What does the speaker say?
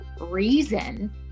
reason